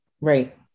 Right